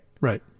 Right